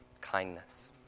kindness